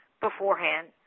beforehand